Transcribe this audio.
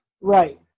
Right